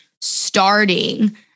starting